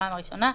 בפעם הראשונה,